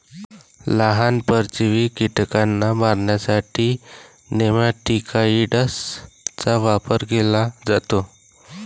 लहान, परजीवी कीटकांना मारण्यासाठी नेमॅटिकाइड्सचा वापर केला जातो